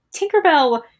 tinkerbell